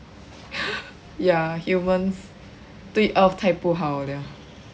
ya humans 对 earth 太不好 liao